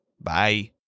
Bye